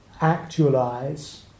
actualize